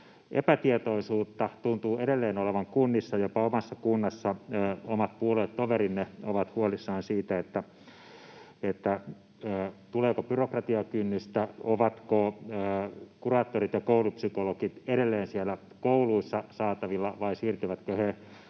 Epätietoisuutta tuntuu edelleen olevan kunnissa. Jopa omassa kunnassa omat puoluetoverinne ovat huolissaan siitä, tuleeko byrokratiakynnystä, ovatko kuraattorit ja koulupsykologit edelleen siellä kouluissa saatavilla vai siirtyvätkö he